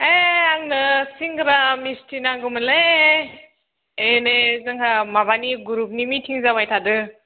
ओइ आंनो सिंग्रा मिस्थि नांगौमोनलै ओइ नै जोंहा माबानि ग्रुपनि मिटिं जाबाय थादों